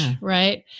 right